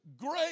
great